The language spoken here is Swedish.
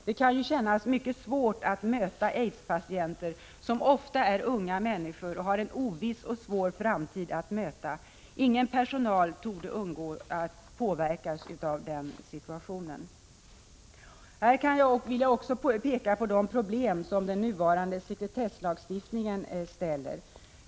Det kan kännas mycket svårt att möta aidspatienter, som ofta är unga och har en oviss och svår framtid att möta. Ingen personal torde undgå att påverkas av den situationen. Här vill jag också peka på de problem som den nuvarande sekretesslagstiftningen uppställer.